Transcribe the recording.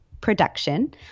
production